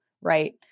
right